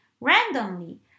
randomly